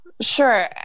Sure